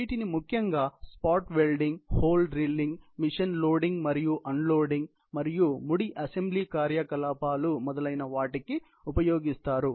వీటిని ముఖ్యంగా spot welding hole drilling machine loading మరియు అన్లోడ్ మరియు ముడి అసెంబ్లీ కార్యకలాపాలు మొదలైన వాటికి ఉపయోగిస్తారు